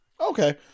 Okay